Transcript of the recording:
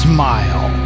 Smile